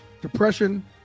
depression